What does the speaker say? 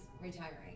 retiring